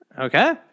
Okay